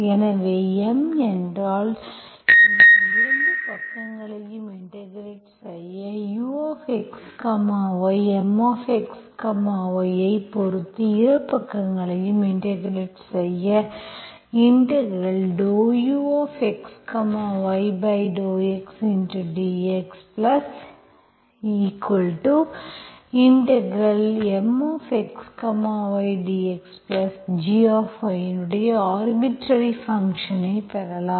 எனவே M என்றால் என்ன இரு பக்கங்களையும் இன்டெகிரெட் செய்ய uxy Mxy x ஐ பொறுத்து இரு பக்கங்களையும் இன்டெகிரெட் செய்ய ∂uxy∂x dxMxydxgy இன் ஆர்பிட்டர்ரி ஃபங்க்ஷன்ஐ பெறலாம்